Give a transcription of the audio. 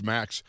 Max